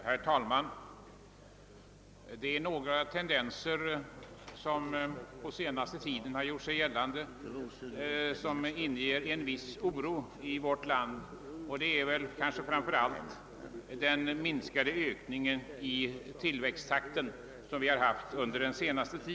Herr talman! Bland de tendenser som på senaste tiden gjort sig gällande i vårt land och som inger en viss oro märks framför allt den minskade ökningen i tillväxttakten inom produktionen.